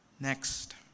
Next